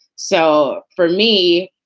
so for me,